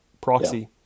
proxy